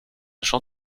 jean